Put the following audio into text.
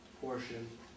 portion